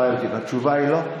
התשובה היא לא?